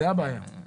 אנחנו נבדוק את זה.